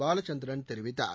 Balachandran தெரிவிததார்